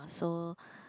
also